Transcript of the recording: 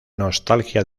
nostalgia